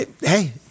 Hey